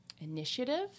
initiative